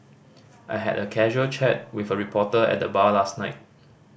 I had a casual chat with a reporter at the bar last night